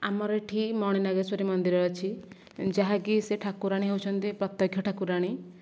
ଆମର ଏଠି ମଣିନାଗେଶ୍ଵରୀ ମନ୍ଦିର ଅଛି ଯାହାକି ସେ ଠାକୁରାଣୀ ହେଉଛନ୍ତି ପ୍ରତ୍ୟକ୍ଷ ଠାକୁରାଣୀ